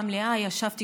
מנותקים